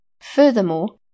Furthermore